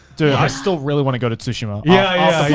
dude, i still really wanna go to tsushima? yeah.